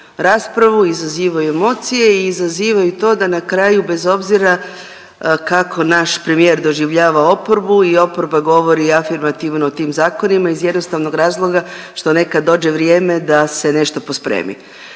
raspravu, izazivaju emocije i izazivaju to da na kraju bez obzira kako naš premijer doživljava oporbu i oporba govori afirmativno o tim zakonima iz jednostavnog razloga što nekad dođe vrijeme da se nešto pospremi.